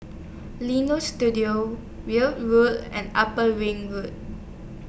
Leonie Studio Weld Road and Upper Ring Road